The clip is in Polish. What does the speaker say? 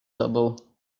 tobą